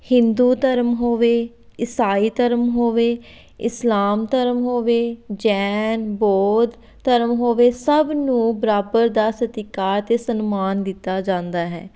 ਹਿੰਦੂ ਧਰਮ ਹੋਵੇ ਇਸਾਈ ਧਰਮ ਹੋਵੇ ਇਸਲਾਮ ਧਰਮ ਹੋਵੇ ਜੈਨ ਬੋਧ ਧਰਮ ਹੋਵੇ ਸਭ ਨੂੰ ਬਰਾਬਰ ਦਾ ਸਤਿਕਾਰ ਅਤੇ ਸਨਮਾਨ ਦਿੱਤਾ ਜਾਂਦਾ ਹੈ